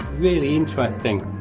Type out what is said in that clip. really interesting.